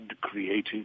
created